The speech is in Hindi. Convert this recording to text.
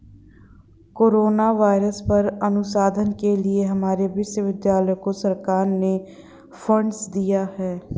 कोरोना वायरस पर अनुसंधान के लिए हमारे विश्वविद्यालय को सरकार ने फंडस दिए हैं